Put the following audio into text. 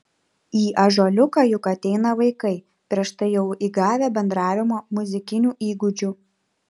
į ąžuoliuką juk ateina vaikai prieš tai jau įgavę bendravimo muzikinių įgūdžių